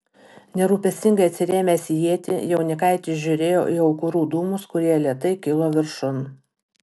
nerūpestingai atsirėmęs į ietį jaunikaitis žiūrėjo į aukurų dūmus kurie lėtai kilo viršun